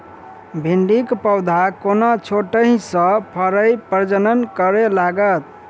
भिंडीक पौधा कोना छोटहि सँ फरय प्रजनन करै लागत?